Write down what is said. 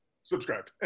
Subscribe